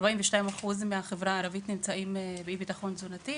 42% מהחברה הערבית נמצאים ללא ביטחון תזונתי.